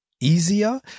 easier